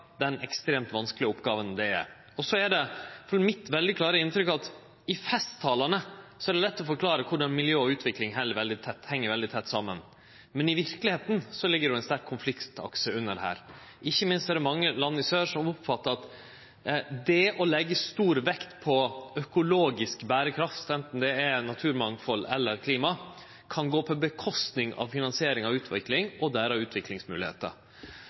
det er ei ekstremt vanskeleg oppgåve. Det er mitt klare inntrykk at i festtalane er det lett å forklare korleis miljø og utvikling heng veldig tett saman. I verkelegheita ligg det ein sterk konfliktakse under. Ikkje minst er det mange land i sør som oppfattar at det å leggje stor vekt på økologisk berekraft, anten det er naturmangfald eller klima, kan gå ut over finansiering av utvikling og